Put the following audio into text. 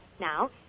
Now